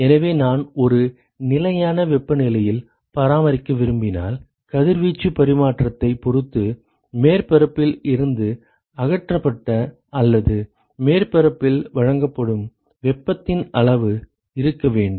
எனவே நான் ஒரு நிலையான வெப்பநிலையில் பராமரிக்க விரும்பினால் கதிர்வீச்சு பரிமாற்றத்தைப் பொறுத்து மேற்பரப்பில் இருந்து அகற்றப்பட்ட அல்லது மேற்பரப்பில் வழங்கப்படும் வெப்பத்தின் அளவு இருக்க வேண்டும்